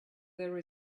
there